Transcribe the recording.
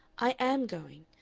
i am going.